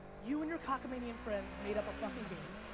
you and your cockamanian friends made up a fuckin' game.